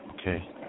Okay